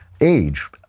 age